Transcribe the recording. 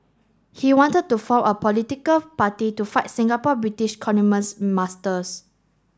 he wanted to form a political party to fight Singapore British masters